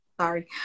sorry